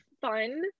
fun